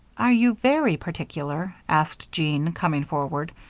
are you very particular, asked jean, coming forward,